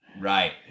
Right